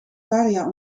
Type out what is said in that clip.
varia